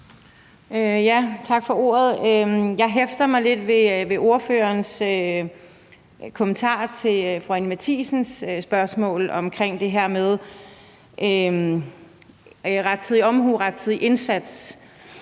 Tak for ordet. Jeg hæfter mig lidt ved ordførerens kommentar til fru Anni Matthiesens spørgsmål omkring det her med rettidig omhu, rettidig indsats,